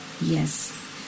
Yes